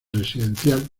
residencial